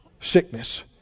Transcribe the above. sickness